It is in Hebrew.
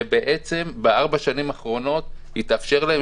ובעצם בארבע השנים האחרונות התאפשר להם,